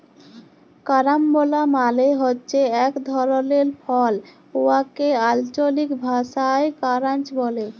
carambola মালে হছে ইক ধরলের ফল উয়াকে আল্চলিক ভাষায় কারান্চ ব্যলে